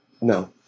no